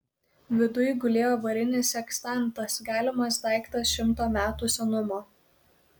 viduj gulėjo varinis sekstantas galimas daiktas šimto metų senumo